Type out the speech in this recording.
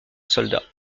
soldats